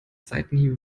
seitenhiebe